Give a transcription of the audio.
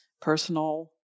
personal